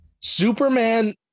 Superman